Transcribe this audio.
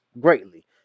greatly